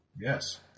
Yes